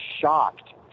shocked